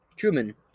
Truman